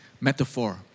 metaphor